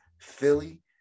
Philly